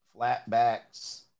flatbacks